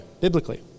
biblically